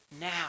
now